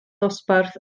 dosbarth